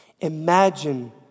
Imagine